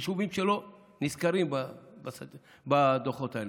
יישובים שלא נזכרים בדוחות האלה.